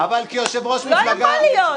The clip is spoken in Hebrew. לא יכול להיות.